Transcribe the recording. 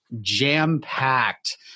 jam-packed